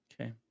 Okay